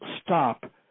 stop